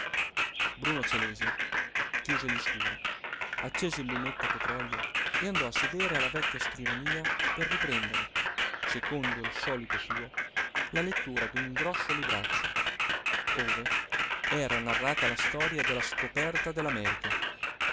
bruno celèsia chiuse gli scuri accese il lumetto a petrolio e andò a sedere alla vecchia scrivania per riprendere secondo il solito suo la lettura d'un grosso libraccio ove era narrata la storia della scoperta